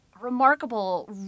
remarkable